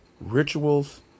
rituals